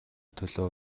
төлөө